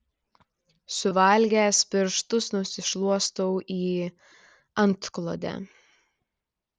suvalgęs pirštus nusišluostau į antklodę